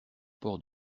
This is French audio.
port